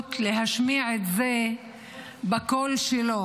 אפשרות להשמיע את זה בקול שלו.